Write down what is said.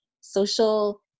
social